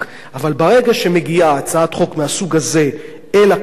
אבל ברגע שמגיעה הצעת חוק מהסוג הזה אל הכנסת,